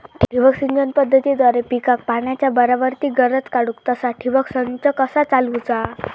ठिबक सिंचन पद्धतीद्वारे पिकाक पाण्याचा बराबर ती गरज काडूक तसा ठिबक संच कसा चालवुचा?